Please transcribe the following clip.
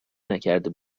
نکرده